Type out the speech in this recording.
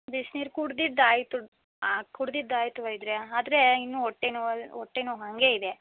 ಬಿಸ್ನೀರು ಕುಡಿದಿದ್ದಾಯ್ತು ಕುಡಿದಿದ್ದಾಯ್ತು ವೈದ್ಯರೇ ಆದರೇ ಇನ್ನು ಹೊಟ್ಟೆನೋವ್ ಹೊಟ್ಟೆನೋವ್ ಹಾಗೆ ಇದೆ